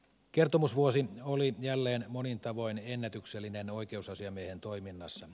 kertomusvuosi oli jälleen monin tavoin ennätyksellinen oikeusasiamiehen toiminnassa